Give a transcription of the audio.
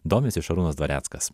domisi šarūnas dvareckas